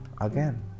again